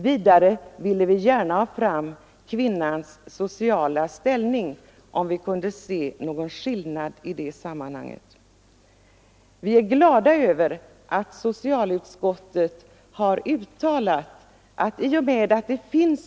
Vidare ville vi gärna veta om man kunde se någon skillnad i social ställning mellan de kvinnor som kom före och de som kom efter den tolfte veckan.